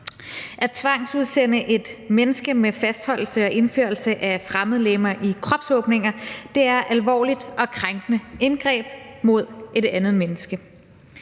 At tvangsudsende et menneske med brug af fastholdelse og indførelse af fremmedlegemer i kropsåbninger er et alvorligt og krænkende indgreb over for et andet menneske.